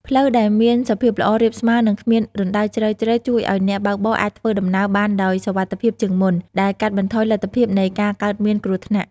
ផ្លូវដែលមានសភាពល្អ រាបស្មើ និងគ្មានរណ្តៅជ្រៅៗ ជួយឲ្យអ្នកបើកបរអាចធ្វើដំណើរបានដោយសុវត្ថិភាពជាងមុន ដែលកាត់បន្ថយលទ្ធភាពនៃការកើតមានគ្រោះថ្នាក់។